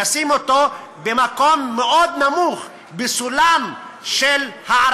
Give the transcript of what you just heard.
לשים אותו במקום מאוד נמוך בסולם הערכים.